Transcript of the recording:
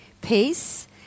peace